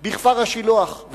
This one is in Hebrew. בכפר-השילוח,